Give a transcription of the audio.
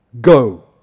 Go